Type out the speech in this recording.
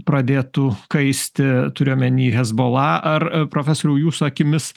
pradėtų kaisti turiu omeny hezbollah ar profesoriau jūsų akimis